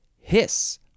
hiss